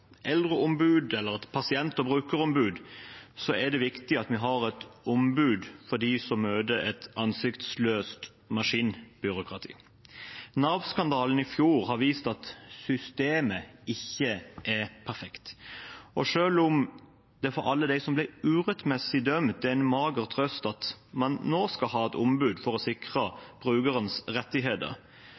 eldreombud eller et pasient- og brukerombud, er det viktig at vi har et ombud for dem som møter et ansiktsløst maskinbyråkrati. Nav-skandalen i fjor viste at systemet ikke er perfekt. Selv om det for alle dem som ble urettmessig dømt, er en mager trøst at man nå skal ha et ombud for å sikre brukernes rettigheter,